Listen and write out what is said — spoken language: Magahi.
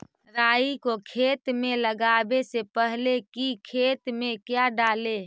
राई को खेत मे लगाबे से पहले कि खेत मे क्या डाले?